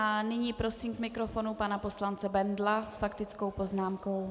Nyní prosím k mikrofonu pana poslance Bendla s faktickou poznámkou.